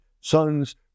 sons